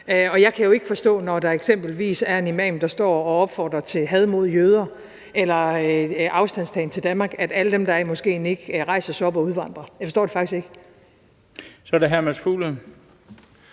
jeg kan jo ikke forstå, når der eksempelvis er en imam, der står og opfordrer til had mod jøder eller afstandtagen til Danmark, at alle, der er i moskeen, ikke rejser sig op og udvandrer. Jeg forstår det faktisk ikke. Kl. 13:57 Den fg.